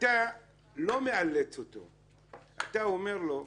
אתה לא מאלץ אותו, אתה אומר לו: